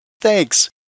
Thanks